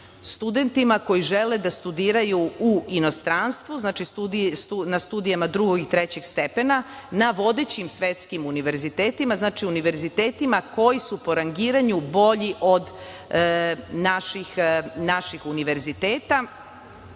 studentima koji žele da studiraju u inostranstvu, znači na studijama drugog i trećeg stepena, na vodećim svetskim univerzitetima. Znači, univerzitetima koji su po rangiranju bolji od naših univerziteta.